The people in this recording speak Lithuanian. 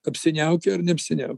apsiniaukę ar neapsiniaukę